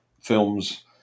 films